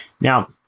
Now